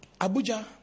Abuja